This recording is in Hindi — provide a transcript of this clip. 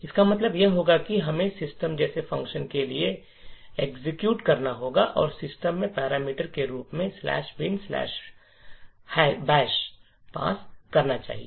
इसका मतलब यह होगा कि हमें सिस्टम जैसे फंक्शन के लिए एक्जक्यूट करना होगा और सिस्टम के पैरामीटर के रूप में बिन बैश "binbash" पास करना होगा